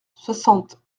soixante